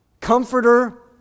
comforter